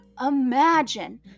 imagine